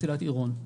מסילת עירון,